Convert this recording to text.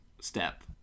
step